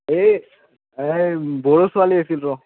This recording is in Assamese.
এই এই বড়ো ছোৱালী আছিল ৰ